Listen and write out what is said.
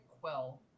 quell